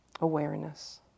awareness